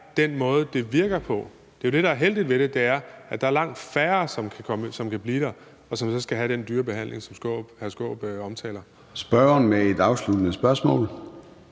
den måde, det virker på. Det, der er heldigt ved det, er, at der er langt færre, som kan blive der, og som så skal have den dyre behandling, som hr. Peter Skaarup omtaler. Kl.